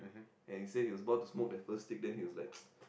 and he say he was about to smoke the first stick then he was like